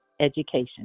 Education